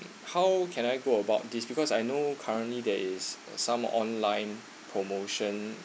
how can I go about this because I know currently there is some online promotion